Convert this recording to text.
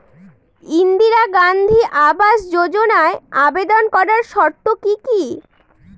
ইন্দিরা গান্ধী আবাস যোজনায় আবেদন করার শর্ত কি কি?